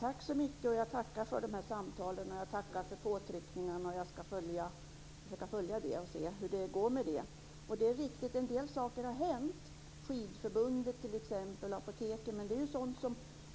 Herr talman! Jag tackar för alla samtal och påtryckningar och ska försöka följa detta och se hur det går med det. Det är riktigt att en del saker har hänt. Det gäller då t.ex. Skidförbundet och Apoteket, men det är sådant